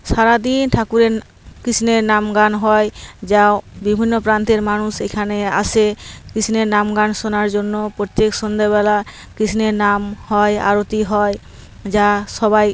সারা দিন ঠাকুরের কৃষ্ণের নাম গান হয় যাও বিভিন্ন প্রান্তের মানুষ এখানে আসে কৃষ্ণের নাম গান শোনার জন্য প্রত্যেক সন্ধেবেলা কৃষ্ণের নাম হয় আরতি হয় যা সবাই